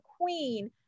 queen